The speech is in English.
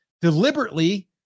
deliberately